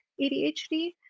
ADHD